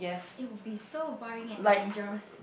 it would be so boring and dangerous